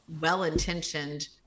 well-intentioned